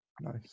Nice